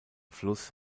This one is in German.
fluss